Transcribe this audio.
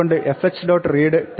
അതുകൊണ്ട് fh